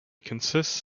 consists